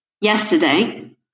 Yesterday